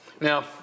Now